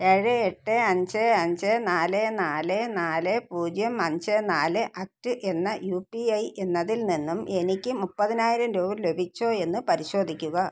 ഏഴ് എട്ട് അഞ്ച് അഞ്ച് നാല് നാല് നാല് പൂജ്യം അഞ്ച് നാല് അറ്റ് എന്ന യു പി ഐ എന്നതിൽ നിന്നും എനിക്ക് മുപ്പതിനായിരം രൂപ ലഭിച്ചോ എന്ന് പരിശോധിക്കുക